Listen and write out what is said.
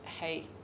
hey